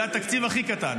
זה התקציב הכי קטן.